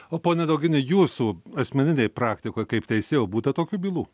o pone daugini jūsų asmeninėj praktikoj kaip teisėjo būta tokių bylų